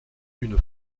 une